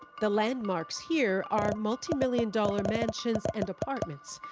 the landmarks here are multimillion dollar mansions and apartments,